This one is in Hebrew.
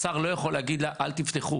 השר לא יכול להגיד לה אל תפתחו.